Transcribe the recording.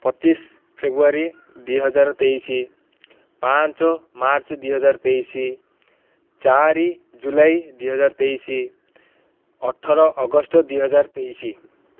ପଚିଶି ଫେବୃଆରୀ ଦୁଇ ହଜାର ତେଇଶି ପାଞ୍ଚ ମାର୍ଚ୍ଚ ଦୁଇ ହଜାର ତେଇଶି ଚାରି ଜୁଲାଇ ଦୁଇ ହଜାର ତେଇଶି ଅଠର ଅଗଷ୍ଟ ଦୁଇ ହଜାର ତେଇଶି